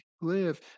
live